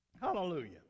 Hallelujah